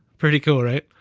pretty cool, right?